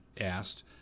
asked